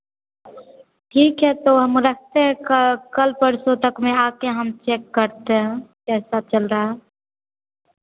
ठीक है तो हम रखते हें क कल परसों तक में आकर हम चेक करते हें कैसा चल रहा है